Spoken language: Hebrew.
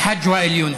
אל-חאג' ואאל יונס.